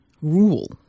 rule